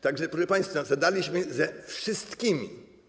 Tak że, proszę państwa, zadarliśmy ze wszystkimi.